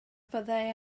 fyddai